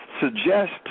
suggest